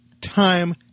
time